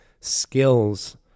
skills